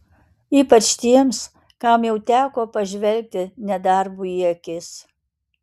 ypač tiems kam jau teko pažvelgti nedarbui į akis